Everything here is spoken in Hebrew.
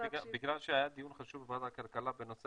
בגלל שהיה דיון חשוב בוועדת הכלכלה בנושא